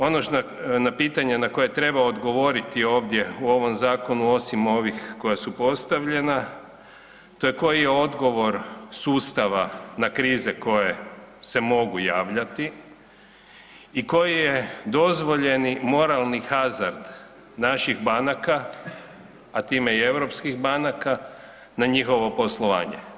Ono na pitanje na koje treba odgovoriti u ovom zakonu osim ovih koja su postavljenja, to je koji je odgovor sustava na krize koje se mogu javljati i koji je dozvoljeni moralni hazard naših banaka, a time i europskih banaka na njihovo poslovanje.